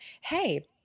hey